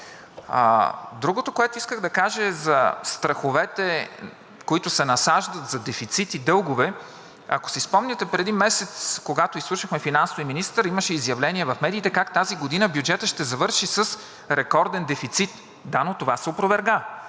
Другото, което исках да кажа, е за страховете, които се насаждат, за дефицит и дългове. Ако си спомняте, преди месец, когато изслушвахме финансовия министър, имаше изявления в медиите как тази година бюджетът ще завърши с рекорден дефицит. Да, но това се опроверга.